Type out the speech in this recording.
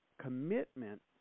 commitment